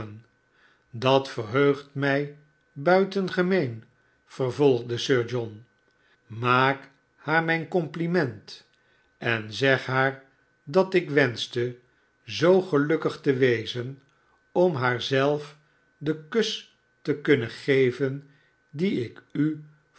dat verheugt mij buitengemeen vervolgde sir john maak haar mijn compliment en zeg haar dat ik wenschte zoo gelukkig te wezen om haar zelf den kus te kunnen geven dien ik u